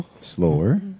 Slower